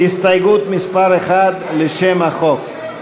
על הסתייגות מס' 1 לשם החוק.